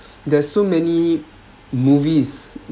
there's so many movies